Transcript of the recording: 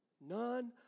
None